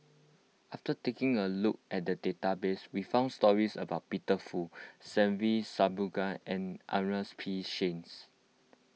after taking a look at the database we found stories about Peter Fu Se Ve Shanmugam and Ernest P Shanks